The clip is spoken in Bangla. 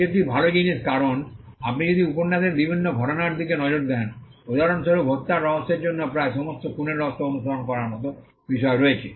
এটি একটি ভাল জিনিস কারণ আপনি যদি উপন্যাসের বিভিন্ন ঘরানার দিকে নজর দেন উদাহরণস্বরূপ হত্যার রহস্যের জন্য প্রায় সমস্ত খুনের রহস্য অনুসরণ করার মতো বিষয় রয়েছে